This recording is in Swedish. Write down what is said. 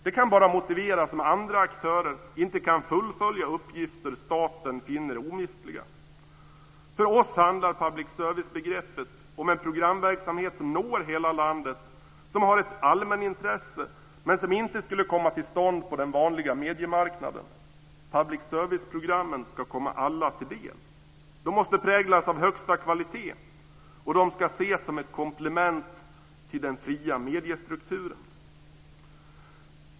Det kan bara motiveras om andra aktörer inte kan fullfölja uppgifter som staten finner omistliga. För oss handlar public service-begreppet om en programverksamhet som når hela landet, som har ett allmänintresse men som inte skulle komma till stånd på den vanliga mediemarknaden. Public service-programmen ska komma alla till del. De måste präglas av högsta kvalitet, och de ska ses som ett komplement till den fria mediestrukturen.